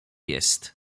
jest